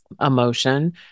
emotion